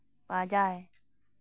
ᱯᱟᱡᱟᱭ